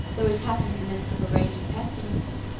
though it happened in the midst of a raging pestilence,